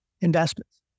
investments